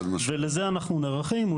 ולזה אנחנו נערכים.